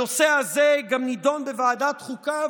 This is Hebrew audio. הנושא הזה גם נדון בוועדת החוקה,